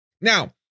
Now